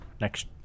next